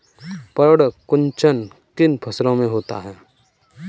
पर्ण कुंचन किन फसलों में होता है?